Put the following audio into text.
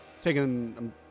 taking